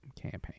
campaign